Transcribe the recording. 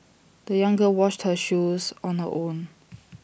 the young girl washed her shoes on her own